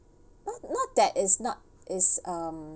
not that is not is um